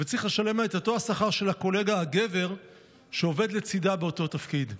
וצריך לשלם לה את אותו השכר של הקולגה הגבר שעובד לצידה באותו תפקיד.